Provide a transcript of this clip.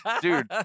dude